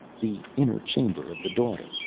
the inner chamber of the daughter,